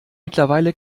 mittlerweile